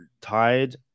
tied